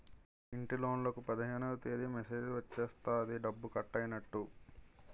ఇంటిలోన్లకు పదిహేనవ తేదీ మెసేజ్ వచ్చేస్తది డబ్బు కట్టైనట్టు